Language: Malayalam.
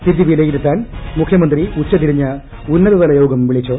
സ്ഥിതി വിലയിരുത്താൻ മുഖ്യമന്ത്രി ഉച്ചതിരിഞ്ഞ് ഉന്നതതല യോഗം വിളിച്ചു